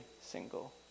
single